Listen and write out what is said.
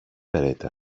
berätta